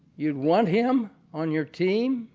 you would want him on your team.